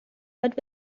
but